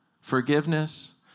forgiveness